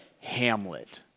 Hamlet